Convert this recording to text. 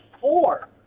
four